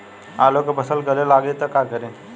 आलू के फ़सल गले लागी त का करी?